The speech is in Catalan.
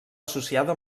associada